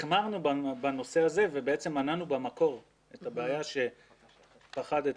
בנושא הזה החמרנו ובעצם מנענו במקור את הבעיה שחששת ממנה.